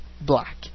black